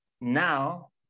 Now